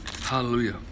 Hallelujah